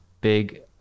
big